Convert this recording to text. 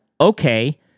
Okay